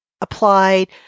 applied